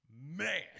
man